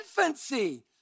infancy